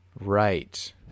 Right